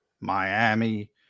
Miami